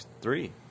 three